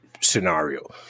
scenario